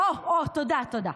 אוה, אוה, תודה, תודה.